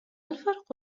الفرق